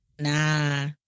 Nah